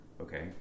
okay